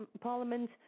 Parliament